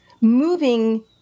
moving